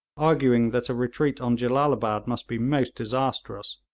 arguing that a retreat on jellalabad must be most disastrous,